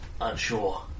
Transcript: Unsure